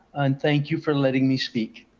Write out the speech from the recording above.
and thank you for letting me speak.